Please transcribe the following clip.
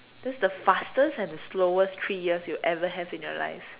this the fastest and the slowest three years you ever have in your life